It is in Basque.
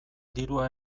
dirua